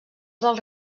dels